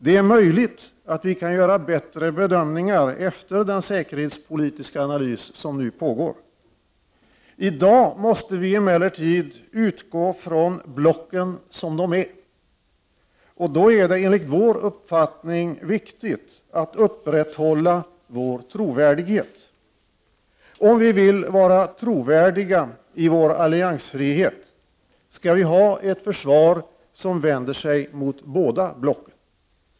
Det är möjligt att vi kan göra bättre bedömningar efter den säkerhetspolitsika analys som nu görs. I dag måste vi emellertid utgå från blocken som de är. Då är det enligt vår uppfattning viktigt att upprätthålla vår trovärdighet. Om vi vill vara trovärdiga i vår alliansfrihet skall vi ha ett försvar som vänder sig mot båda blocken.